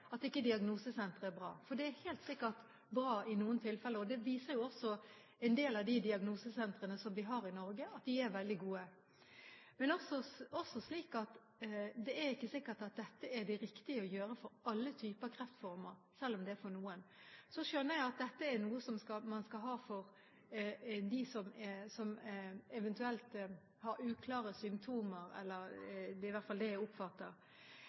betyr ikke det at ikke diagnosesentre er bra, for det er helt sikkert bra i noen tilfeller, og det viser jo også en del av de diagnosesentrene som vi har i Norge, at de er veldig gode. Men det er ikke sikkert at dette er det riktige å gjøre for alle typer kreftformer, selv om det er det for noen. Så skjønner jeg at dette er noe man skal ha for dem som eventuelt har uklare symptomer – det er i hvert fall slik jeg oppfatter